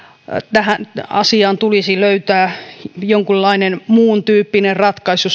tähän asiaan tulisi löytää jonkunlainen muuntyyppinen ratkaisu